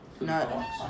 No